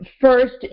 First